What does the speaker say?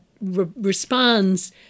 responds